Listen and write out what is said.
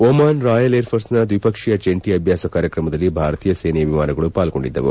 ಒಮನ್ನ royal ಏರ್ಫೋರ್ಸ್ನ ದ್ವಿಪಕ್ಷೀಯ ಜಂಟಿ ಅಭ್ಯಾಸ ಕಾರ್ಯಕ್ರಮದಲ್ಲಿ ಭಾರತೀಯ ಸೇನೆಯ ವಿಮಾನಗಳು ಪಾಲ್ಗೊಂಡಿದ್ದವು